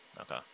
Okay